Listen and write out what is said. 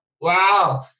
Wow